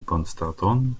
bonstaton